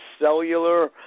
cellular